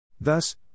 Thus